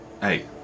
hey